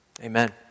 Amen